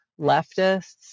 leftists